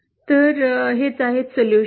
तर हाच उपाय आहे